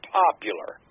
popular